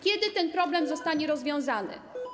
Kiedy ten problem zostanie rozwiązany?